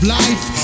life